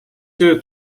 töö